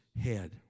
head